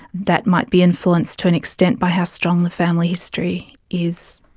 that might be influenced to an extent by how strong the family history is.